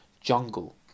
jungle